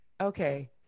Okay